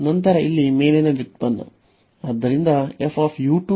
ನಂತರ ಇಲ್ಲಿ ಮೇಲಿನ ಮಿತಿಯ ವ್ಯುತ್ಪನ್ನ